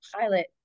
pilot